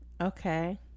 Okay